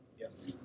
Yes